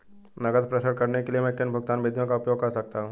नकद प्रेषण करने के लिए मैं किन भुगतान विधियों का उपयोग कर सकता हूँ?